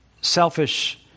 selfish